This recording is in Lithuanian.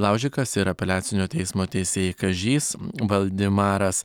laužikas ir apeliacinio teismo teisėjai kažys valdimaras